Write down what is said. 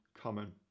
common